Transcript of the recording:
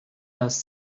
das